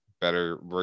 better